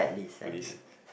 police